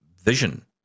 vision